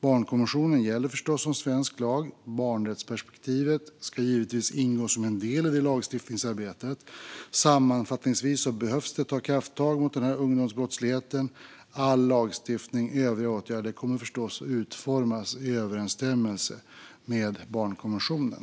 Barnkonventionen gäller förstås som svensk lag, och barnrättsperspektivet ska givetvis ingå som en del i det lagstiftningsarbetet. Sammanfattningsvis behöver det tas krafttag mot ungdomsbrottsligheten, och all lagstiftning och övriga åtgärder kommer förstås att utformas i överensstämmelse med barnkonventionen.